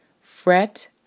Fret